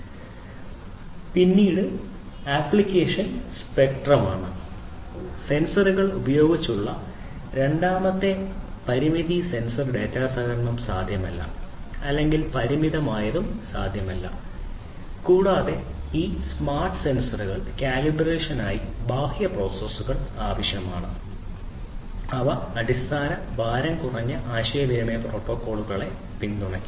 ഇടുങ്ങിയ ആപ്ലിക്കേഷൻ സ്പെക്ട്രമാണ് സെൻസറുകൾ ഉപയോഗിച്ചുള്ള രണ്ടാമത്തെ പരിമിതി സെൻസർ ഡാറ്റ സമാഹരണം സാധ്യമല്ല അല്ലെങ്കിൽ പരിമിതമായി സാധ്യമല്ല കൂടാതെ ഈ സ്മാർട്ട് സെൻസറുകൾക്ക് സെൻസർ കാലിബ്രേഷനായി ബാഹ്യ പ്രോസസർ ആവശ്യമാണ് കൂടാതെ അവ വളരെ അടിസ്ഥാന ഭാരം കുറഞ്ഞ ആശയവിനിമയ പ്രോട്ടോക്കോളുകളെ പിന്തുണയ്ക്കും